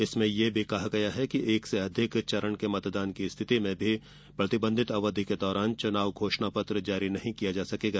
इसमें यह भी कहा गया है कि एक से अधिक चरण के मतदान की स्थिति में भी प्रतिबंधित अवधि के दौरान चुनाव घोषणा पत्र जारी नहीं किया जाएगा